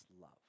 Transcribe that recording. love